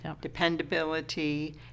dependability